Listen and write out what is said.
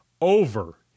over